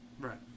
Right